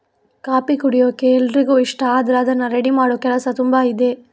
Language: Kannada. ಕಾಫಿ ಕುಡಿಯೋಕೆ ಎಲ್ರಿಗೂ ಇಷ್ಟ ಆದ್ರೆ ಅದ್ನ ರೆಡಿ ಮಾಡೋ ಕೆಲಸ ತುಂಬಾ ಇದೆ